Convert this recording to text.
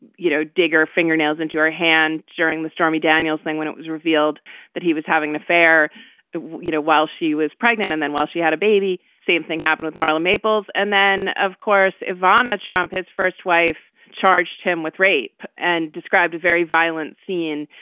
you know, digger fingernails into your hand during the stormy daniels thing when it was revealed that he was having an affair you know while she was pregnant and then while she had a baby. same thing happen with marla maples. and then, of course, ivana trump, his first wife, charged him with rape and described a very violent scene.